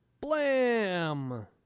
blam